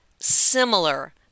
Similar